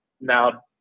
Now